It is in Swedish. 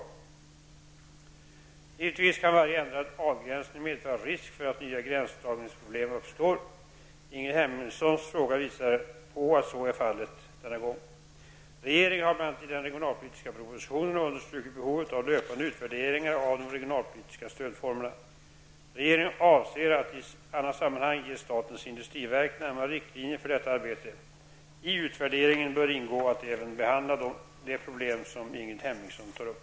Givetvis kan varje ändrad avgränsning medföra risk för att nya gränsdragningsproblem uppstår. Ingrid Hemmingssons fråga visar på att så är fallet denna gång. Regeringen har bl.a. i den regionalpolitiska propositionen understrukit behovet av löpande utvärderingar av de regionalpolitiska stödformerna. Regeringen avser att i annat sammanhang ge statens industriverk närmare riktlinjer för detta arbete. I utvärderingen bör ingå att även behandla det problem som Ingrid Hemmingsson tar upp.